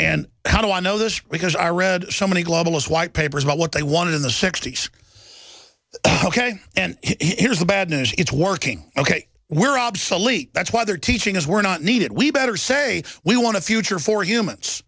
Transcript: and how do i know this because i read so many globalist white papers about what they wanted in the sixty's ok and here's the bad news it's working ok we're obsolete that's why they're teaching as we're not needed we better say we want to future for humans